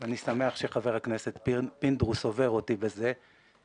ואני שמח שח"כ פינדרוס עובר אותי בזה,